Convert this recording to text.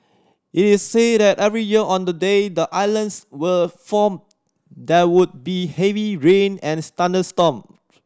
is said that every year on the day the islands were formed there would be heavy rain and thunderstorm